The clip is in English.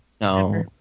No